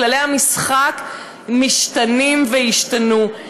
כללי המשחק משתנים וישתנו.